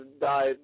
died